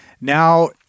Now